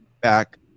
back